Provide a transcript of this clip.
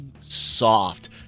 soft